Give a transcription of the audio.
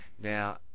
now